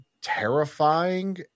terrifying